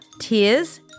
tears